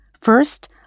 first